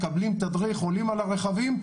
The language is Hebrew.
מקבלים תדריך ועולים על הרכבים,